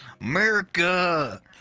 America